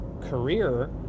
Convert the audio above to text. career